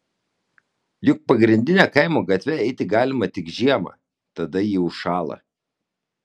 juk pagrindine kaimo gatve eiti galima tik žiemą tada ji užšąla